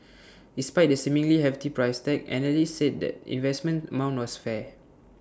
despite the seemingly hefty price tag analysts said the investment amount was fair